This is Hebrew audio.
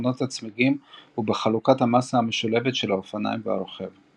בתכונות הצמיגים ובחלוקת המסה המשולבת של האופניים והרוכב.